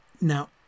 Now